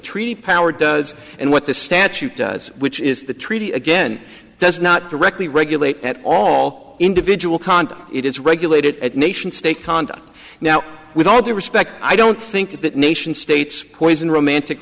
treaty power does and what the statute does which is the treaty again does not directly regulate at all individual conduct it is regulated at nation state conduct now with all due respect i don't think that nation states poison romantic